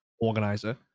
organizer